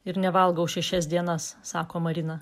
ir nevalgau šešias dienas sako marina